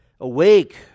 Awake